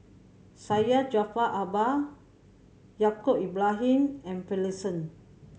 Syed Jaafar Albar Yaacob Ibrahim and Finlayson